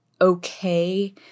okay